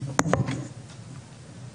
הצבעה אושרו.